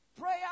Prayer